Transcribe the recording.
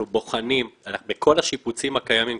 בכל השיפוצים הקיימים,